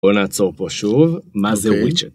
בוא נעצור פה שוב, מה זה וויצ'ט?